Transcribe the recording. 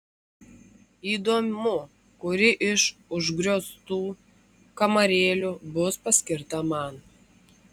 įdomu kuri iš užgrioztų kamarėlių bus paskirta man